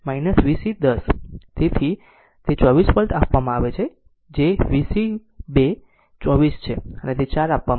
તેથી તે 24 વોલ્ટ આપવામાં આવે છે જે v c 2 24 છે અને તે 4 આપવામાં આવે છે